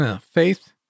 faith